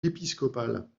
épiscopale